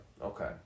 Okay